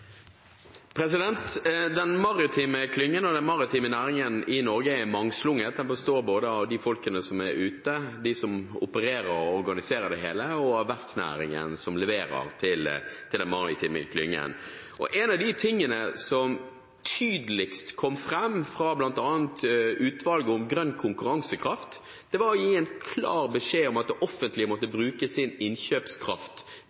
Den maritime klyngen og den maritime næringen i Norge er mangslungen. Den består av både de folkene som er ute, de som opererer og organiserer det hele, og verftsnæringen, som leverer til den maritime klyngen. En av de tingene som tydeligst kom fram fra bl.a. Ekspertutvalget for grønn konkurransekraft, var en klar beskjed om at det offentlige måtte